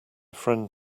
friend